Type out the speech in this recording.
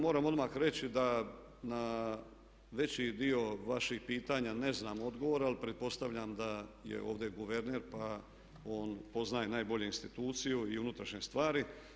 Moram odmah reći da na veći dio vaših pitanja ne znam odgovor ali pretpostavljam da je ovdje guverner pa on poznaje najbolje instituciju i unutrašnje stvari.